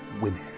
women